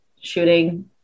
shooting